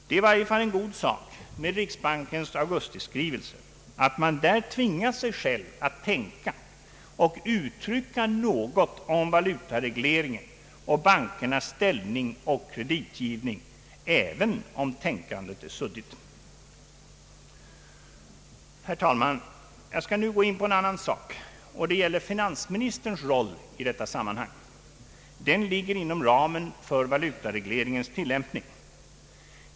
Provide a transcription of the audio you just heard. Det är i varje fall en god sak med riksbankens augustiskrivelse att man där tvingar sig själv att tänka och uttrycka något om valutaregleringen och bankernas ställning och kreditgivning, även om tänkandet är suddigt. Herr talman! Jag skall nu gå in på en annan sak. Det gäller finansministerns roll i detta sammanhang. Den ligger inom ramen för valutaregleringens tilllämpning.